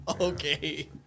okay